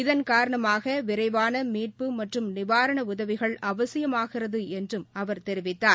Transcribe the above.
இதன் காரணமாக விரைவான மீட்பு மற்றும் நிவாரண உதவிகள் அவசியமாகிறது என்றும் அவர் தெரிவித்தார்